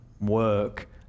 work